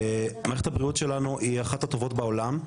מערכת הבריאות שלנו היא אחת הטובות בעולם,